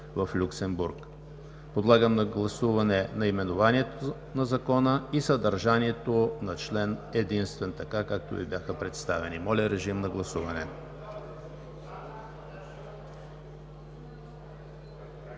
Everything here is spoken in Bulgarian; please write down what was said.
в Люксембург“. Подлагам на гласуване наименованието на Закона и съдържанието на Член единствен така, както Ви бяха представени. Гласували